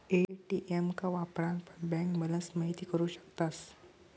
ATM का वापरान पण बँक बॅलंस महिती करू शकतास